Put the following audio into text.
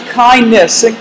kindness